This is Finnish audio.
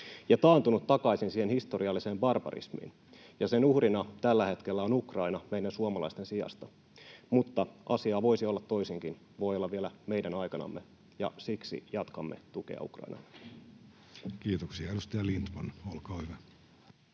ja taantunut takaisin siihen historialliseen barbarismiin. Sen uhrina tällä hetkellä on Ukraina meidän suomalaisten sijasta, mutta asia voisi olla toisinkin, voi olla vielä meidän aikanamme, ja siksi jatkamme tukea Ukrainalle. Kiitoksia. — Edustaja Lindtman, olkaa hyvä.